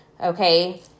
Okay